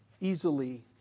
easily